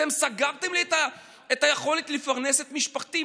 אתם סגרתם לי את היכולת לפרנס את משפחתי.